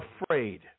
afraid